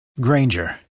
Granger